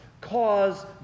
cause